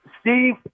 Steve